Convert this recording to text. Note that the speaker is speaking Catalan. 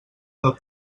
del